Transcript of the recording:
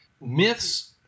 Myths